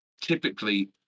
typically